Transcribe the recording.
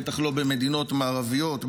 בטח לא במדינות מערביות,